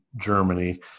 Germany